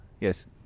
Yes